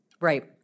Right